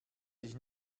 dich